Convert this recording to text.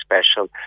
special